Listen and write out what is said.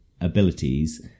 abilities